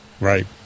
Right